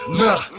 nah